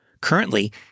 Currently